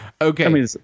okay